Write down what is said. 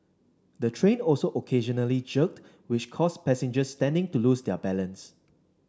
the train also occasionally jerked which caused passengers standing to lose their balance